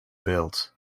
built